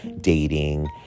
dating